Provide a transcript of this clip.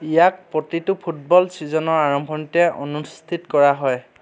ইয়াক প্ৰতিটো ফুটবল ছিজনৰ আৰম্ভণিতে অনুষ্ঠিত কৰা হয়